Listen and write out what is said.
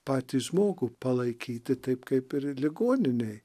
patį žmogų palaikyti taip kaip ir ligoninėj